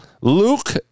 Luke